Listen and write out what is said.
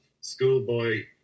schoolboy